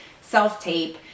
self-tape